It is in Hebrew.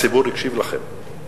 הציבור הקשיב לכם.